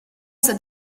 cet